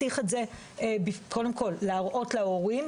קודם כול להראות להורים,